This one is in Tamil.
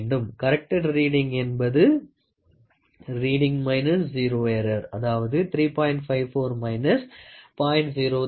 கரெக்டெட் ரீடிங் என்பது ரீடிங் ஸிரோ எற்றர் அதாவது 3